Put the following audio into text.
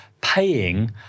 paying